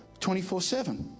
24-7